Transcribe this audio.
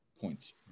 points